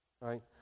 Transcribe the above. right